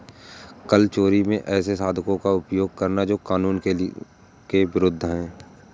कर चोरी में ऐसे साधनों का उपयोग करना जो कानून के विरूद्ध है